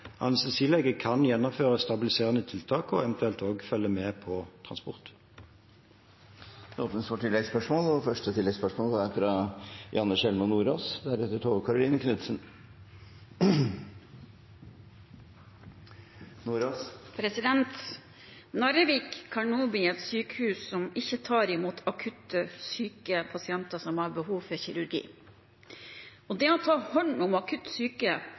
Anestesilege kan gjennomføre stabiliserende tiltak og eventuelt også følge med ved transport. Det blir oppfølgingsspørsmål – først Janne Sjelmo Nordås. Narvik kan nå bli et sykehus som ikke tar imot akutt syke pasienter som har behov for kirurgi. Det å ta hånd om akutt syke